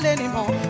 anymore